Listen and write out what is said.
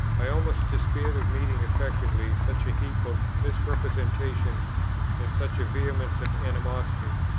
i almost despaired of meeting effectively such a heap of misrepresentations and such a vehemence of animosity.